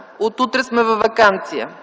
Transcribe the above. от утре сме във ваканция.